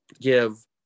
give